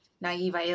naive